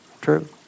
True